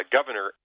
Governor